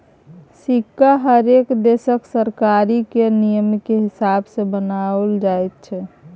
सिक्का हरेक देशक सरकार केर नियमकेँ हिसाब सँ बनाओल जाइत छै